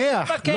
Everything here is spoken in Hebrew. לפקח.